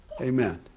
Amen